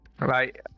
Right